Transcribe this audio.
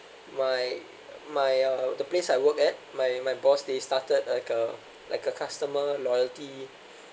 my my uh the place I work at my my boss they started like a like a customer loyalty